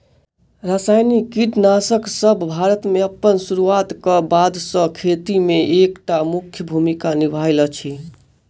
रासायनिक कीटनासकसब भारत मे अप्पन सुरुआत क बाद सँ खेती मे एक टा मुख्य भूमिका निभायल अछि